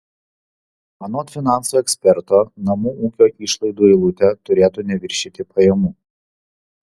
anot finansų eksperto namų ūkio išlaidų eilutė turėtų neviršyti pajamų